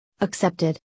accepted